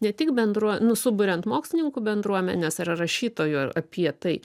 ne tik bendruo nu suburiant mokslininkų bendruomenes ar rašytojų apie tai